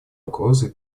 угрозой